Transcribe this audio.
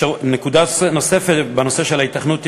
נקודה נוספת בנושא של ההיתכנות התכנונית: